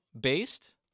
based